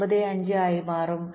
95 ആയി മാറും